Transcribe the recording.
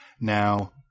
Now